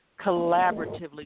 collaboratively